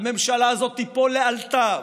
הממשלה הזאת תיפול לאלתר,